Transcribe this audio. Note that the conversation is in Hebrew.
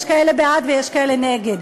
יש כאלה בעד ויש כאלה נגד.